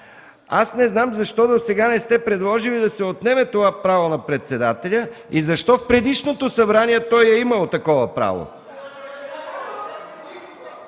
Не знам защо досега не сте предложили да се отнеме това право на председателя и защо в предишното Народно събрание той е имал такова право?!